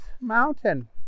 mountain